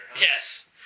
Yes